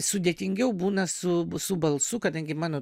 sudėtingiau būna su su balsu kadangi mano